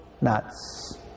nuts